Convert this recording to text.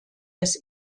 des